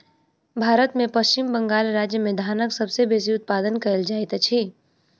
भारत में पश्चिम बंगाल राज्य में धानक सबसे बेसी उत्पादन कयल जाइत अछि